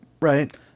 right